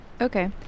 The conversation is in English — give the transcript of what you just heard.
Okay